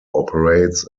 operates